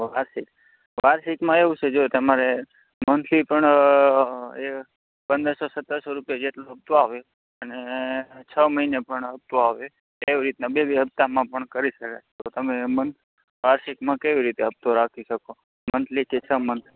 વાર્ષિક વાર્ષિકમાં એવું છે જો તમારે મંથલી પણ અ એ પંદરસો સત્તરસો રૂપિયા જેટલો હપ્તો આવે અને છ મહિને પણ હપ્તો આવે એવી રીતના બે બે હપ્તામાં પણ કરી શકાય તો તમે મંથ વાર્ષિકમાં કેવી રીતે હપ્તો રાખી શકો મંથલી કે છ મંથલી